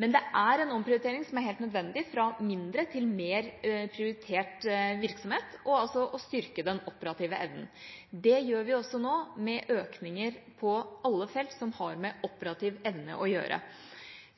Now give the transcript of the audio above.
Men det er en omprioritering som er helt nødvendig – fra mindre til mer prioritert virksomhet – og det er altså å styrke den operative evnen. Det gjør vi også nå med økninger på alle felt som har med operativ evne å gjøre.